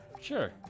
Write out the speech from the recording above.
Sure